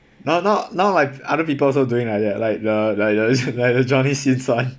now now now like other people also doing like that like the like the like the johnny sins [one]